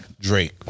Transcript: Drake